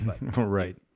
Right